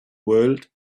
world